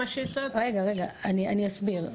אני אסביר.